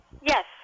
Yes